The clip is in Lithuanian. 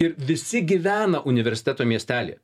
ir visi gyvena universiteto miestelyje